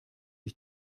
ich